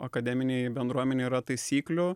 akademinėj bendruomenėj yra taisyklių